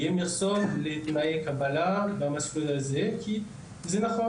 מכסות לתנאי קבלה במסלול הזה כי זה נכון